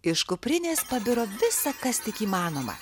iš kuprinės pabiro visa kas tik įmanoma